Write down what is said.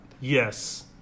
Yes